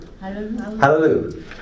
Hallelujah